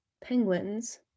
penguins